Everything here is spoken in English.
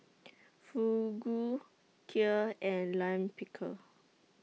Fugu Kheer and Lime Pickle